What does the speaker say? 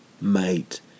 mate